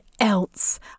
else